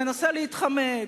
ומנסה להתחמק,